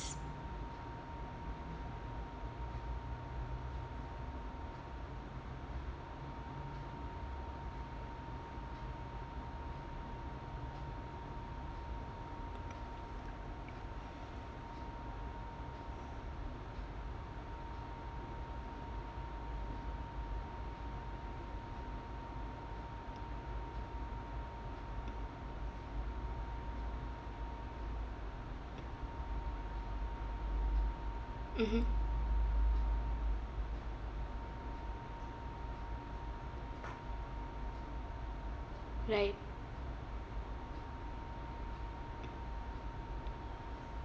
mmhmm right